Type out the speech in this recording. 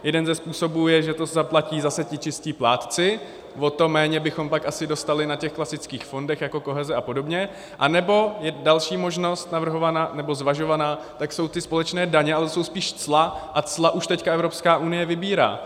Jeden ze způsobů je, že to zaplatí zase ti čistí plátci, o to méně bychom pak asi dostali na těch klasických fondech jako koheze a podobně, anebo je další možnost navrhovaná nebo zvažovaná, to jsou ty společné daně, ale to jsou spíš cla, a cla už teď Evropská unie vybírá.